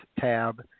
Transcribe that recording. tab